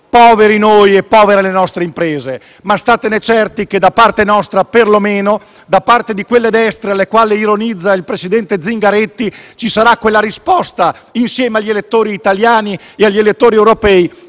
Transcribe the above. poveri noi e povera le nostre imprese. Ma state certi che da parte nostra perlomeno, da parte di quelle destre sulle quali ironizza il presidente Zingaretti, ci sarà quella risposta, insieme agli elettori italiani e europei,